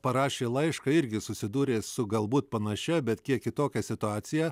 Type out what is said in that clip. parašė laišką irgi susidūrė su galbūt panašia bet kiek kitokia situacija